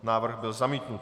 Návrh byl zamítnut.